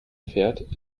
fährt